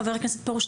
חבר הכנסת פרוש,